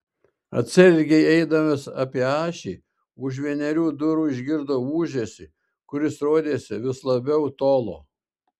atsargiai eidamas apie ašį už vienerių durų išgirdo ūžesį kuris rodėsi vis labiau tolo